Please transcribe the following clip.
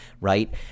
right